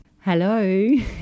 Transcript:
Hello